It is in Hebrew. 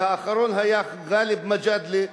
והאחרון היה גאלב מג'אדלה,